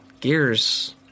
Gears